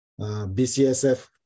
BCSF